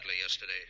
yesterday